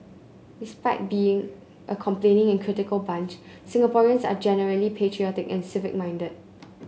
despite being a complaining and critical bunch Singaporeans are generally patriotic and civic minded